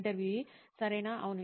ఇంటర్వ్యూఈ సరేనా అవును